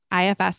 IFS